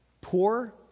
poor